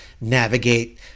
navigate